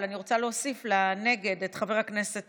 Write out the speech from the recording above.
אבל אני רוצה להוסיף לנגד את חבר הכנסת